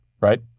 right